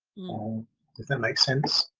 does that make sense?